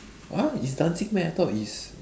!huh! it's dancing meh I thought it's